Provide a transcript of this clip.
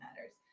matters